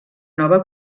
nova